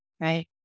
right